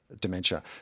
Dementia